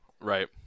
Right